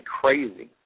crazy